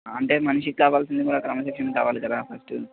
అంటే మనిషికి కావాల్సింది కూడా క్రమశిక్షణ కావాలి కదా ఫస్ట్